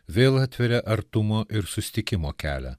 vėl atveria artumo ir susitikimo kelią